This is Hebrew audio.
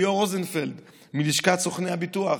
ליאור רוזנפלד מלשכת סוכני הביטוח,